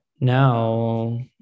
Now